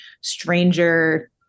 stranger